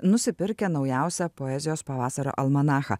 nusipirkę naujausią poezijos pavasario almanachą